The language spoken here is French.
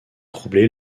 troublée